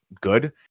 good